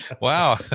Wow